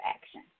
action